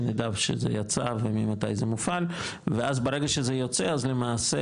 שנדע שזה יצא וממתי זה מופעל ואז ברגע שזה יוצא אז למעשה,